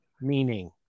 Meaning